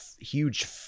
huge